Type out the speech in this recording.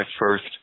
first